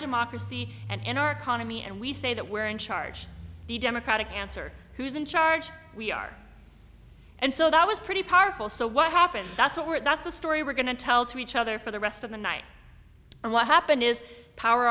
democracy and in our economy and we say that we're in charge the democratic answer who's in charge we are and so that was pretty powerful so what happened that's what we're that's the story we're going to tell to each other for the rest of the night and what happened is power